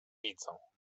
widzą